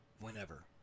Whenever